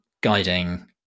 guiding